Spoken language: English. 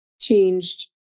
changed